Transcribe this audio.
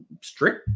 strict